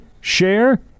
share